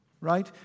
right